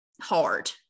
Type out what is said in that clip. hard